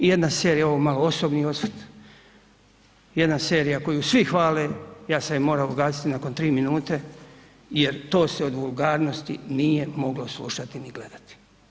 I jedna serija, ovo je malo osobni osvrt, jedna serija koju svi hvale, ja se morao ugasiti nakon 3 minute jer to se od vulgarnosti nije moglo slušati ni gledati.